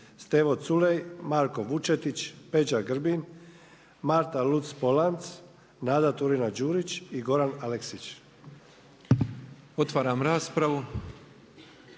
Otvaram raspravu.